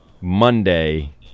monday